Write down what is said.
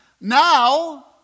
Now